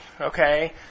okay